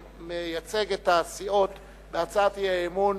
מייצג את הסיעות בהצעת האי-אמון